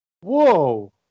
Whoa